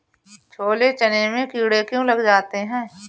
छोले चने में कीड़े क्यो लग जाते हैं?